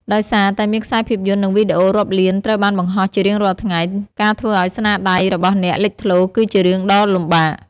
ដោយសារតែមានខ្សែភាពយន្តនិងវីដេអូរាប់លានត្រូវបានបង្ហោះជារៀងរាល់ថ្ងៃ ការធ្វើឱ្យស្នាដៃរបស់អ្នកលេចធ្លោរគឺជារឿងដ៏លំបាក។